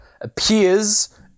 appears